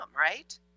right